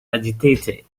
agitated